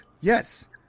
Yes